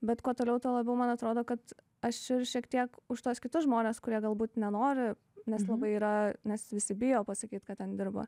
bet kuo toliau tuo labiau man atrodo kad aš ir šiek tiek už tuos kitus žmones kurie galbūt nenori nes labai yra nes visi bijo pasakyt kad ten dirba